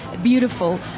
Beautiful